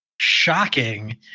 shocking